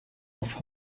auf